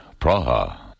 Praha